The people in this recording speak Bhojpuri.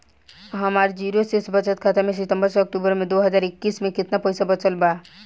हमार जीरो शेष बचत खाता में सितंबर से अक्तूबर में दो हज़ार इक्कीस में केतना पइसा बचल बा?